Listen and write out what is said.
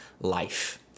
life